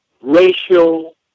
racial